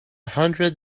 hundred